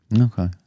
Okay